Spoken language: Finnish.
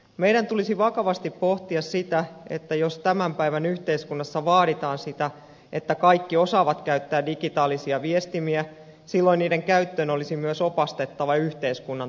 meidän tulisi vakavasti pohtia sitä että jos tämän päivän yhteiskunnassa vaaditaan sitä että kaikki osaavat käyttää digitaalisia viestimiä silloin niiden käyttöön olisi myös opastettava yhteiskunnan toimesta